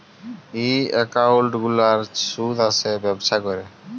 ই account গুলার সুদ আসে ব্যবছা ক্যরে